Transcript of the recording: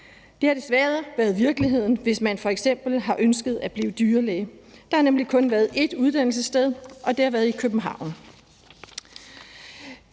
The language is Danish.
Det har desværre været virkeligheden, hvis man f.eks. har ønsket at blive dyrlæge. Der har nemlig kun været ét uddannelsessted, og det har været i København.